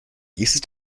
ist